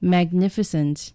Magnificent